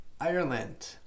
ireland